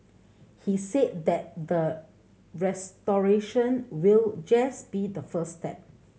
he said that the restoration will just be the first step